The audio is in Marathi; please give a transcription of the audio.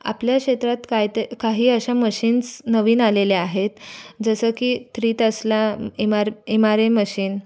आपल्या क्षेत्रात काय ते काही अशा मशीन्स नवीन आलेल्या आहेत जसं की थ्री तस्लाम MR M R A machine